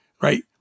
right